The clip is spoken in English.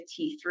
T3